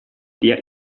der